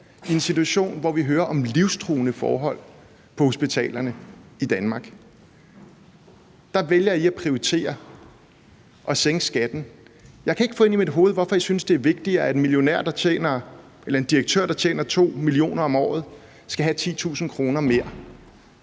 i en situation, hvor vi hører om livstruende forhold på hospitalerne i Danmark, vælger I at prioritere at sænke skatten. Jeg kan ikke få ind i mit hoved, hvorfor I synes, at det er vigtigere, at en direktør, der tjener 2 millioner om året, skal have 10.000 kr. mere,